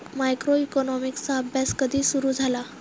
मायक्रोइकॉनॉमिक्सचा अभ्यास कधी सुरु झाला?